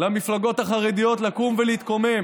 למפלגות החרדיות לקום ולהתקומם.